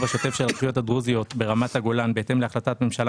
השוטף של הרשויות הדרוזיות ברמת הגולן בהתאם להחלטת ממשלה